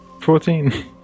Fourteen